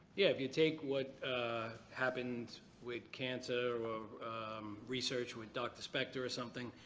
yeah, if you take what happened with cancer or research with dr. spector or something,